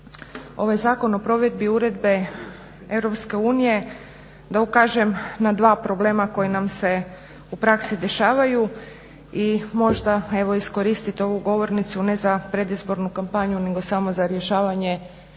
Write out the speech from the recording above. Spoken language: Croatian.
ovaj Zakon o provedbi uredbe EU da ukažem na dva problema koji nam se u praski dešavaju i možda evo već iskoristit ovu govornicu ne za predizbornu kampanju nego samo za rješavanje